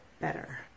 better